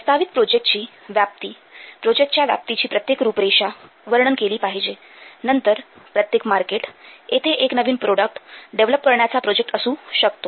प्रस्तावित प्रोजेक्टची व्याप्ती प्रोजेक्टच्या व्याप्तीची प्रत्येक रूपरेषा वर्णन केली पाहिजे नंतर प्रत्येक मार्केट येथे एक नवीन प्रोडक्ट डेव्हलप करण्याचा प्रोजेक्ट असू शकतो